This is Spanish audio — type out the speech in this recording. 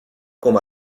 como